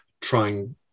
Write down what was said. trying